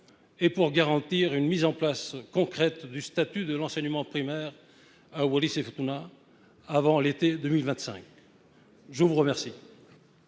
et pour garantir la mise en place concrète du statut de l’enseignement primaire à Wallis et Futuna, avant l’été 2025 ? La parole